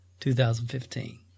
2015